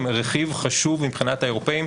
הם רכיב חשוב מבחינת האירופאים,